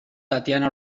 tatiana